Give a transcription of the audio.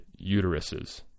uteruses